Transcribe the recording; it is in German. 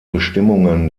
bestimmungen